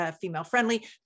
female-friendly